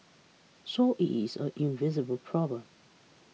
so it is an invisible problem